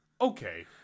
okay